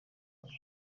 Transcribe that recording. bato